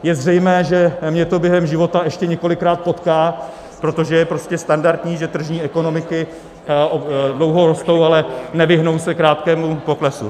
Je zřejmé, že mě to během života ještě několikrát potká, protože je prostě standardní, že tržní ekonomiky dlouho rostou, ale nevyhnou se krátkému poklesu.